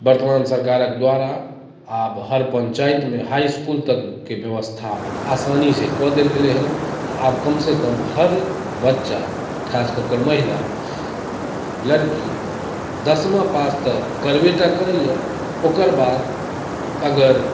वर्तमान सरकारक द्वारा आब हर पञ्चायतमे हाइस्कूल तकके व्यवस्था आसानीसँ कऽ देल गेलै हेँ तऽ आब कमसँ कम हर बच्चा खास कऽ कऽ महिला लड़की दसमा पास तऽ करबे टा करैए ओकर बाद अगर